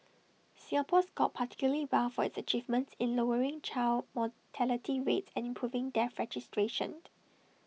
Singapore scored particularly well for its achievements in lowering child mortality rates and improving death registration